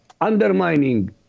undermining